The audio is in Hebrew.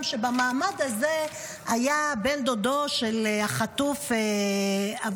גם שבמעמד הזה היה בן דודו של החטוף אבינתן,